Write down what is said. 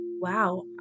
Wow